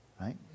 right